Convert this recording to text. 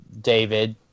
David